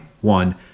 one